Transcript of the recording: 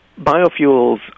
biofuels